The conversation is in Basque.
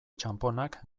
txanponak